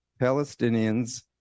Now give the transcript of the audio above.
Palestinians